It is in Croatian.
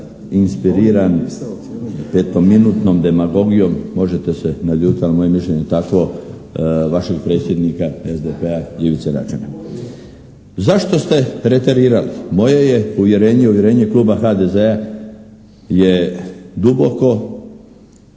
inspiriran petominutnom demagogijom. Možete se naljutiti, ali moje mišljenje je takvo, vašeg predsjednika SDP-a Ivice Račana. Zašto ste «reterirali»? Moje je uvjerenje i uvjerenje Kluba HDZ-a je duboko